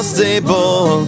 Stable